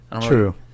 true